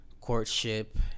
courtship